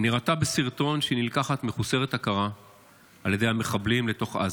היא נראתה בסרטון כשהיא נלקחת מחוסרת הכרה על ידי המחבלים לתוך עזה.